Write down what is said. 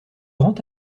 rend